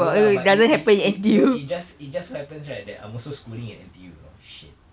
no lah but it it it you know it just it just happens right that I'm also schooling in N_T_U you know shit